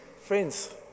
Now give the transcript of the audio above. Friends